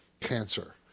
cancer